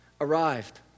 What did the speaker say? Arrived